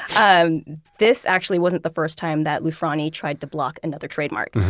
um this actually wasn't the first time that loufrani tried to block another trademark.